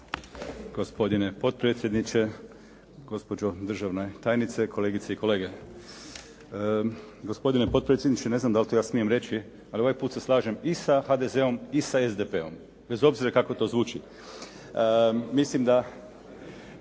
Gospodine potpredsjedniče, gospođo državna tajnice, kolegice i kolege. Gospodine potpredsjedniče, ne znam da li to ja smijem reći, ali ovaj put se slažem i sa HDZ-om i sa SDP-om, bez obzira kako to zvuči. Mislim da